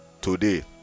Today